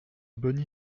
bogny